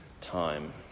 time